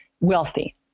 wealthy